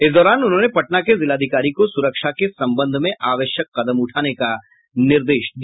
इस दौरान उन्होंने पटना के जिलाधिकारी को सुरक्षा के संबंध में आवश्यक कदम उठाने का निर्देश दिया